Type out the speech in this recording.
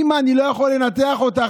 אימא, אני לא יכול לנתח אותך.